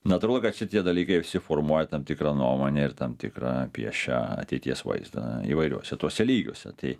natūralu kad šitie dalykai visi formuoja tam tikrą nuomonę ir tam tikrą piešia ateities vaizdą įvairiuose tuose lygiuose tai